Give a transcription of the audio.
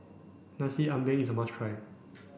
Nasi Ambeng is a must try